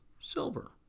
silver